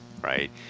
right